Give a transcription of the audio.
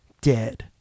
dead